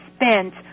spent